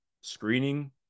screening